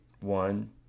one